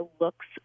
looks